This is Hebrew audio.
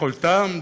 יכולתם,